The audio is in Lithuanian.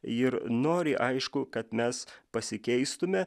ir nori aišku kad mes pasikeistume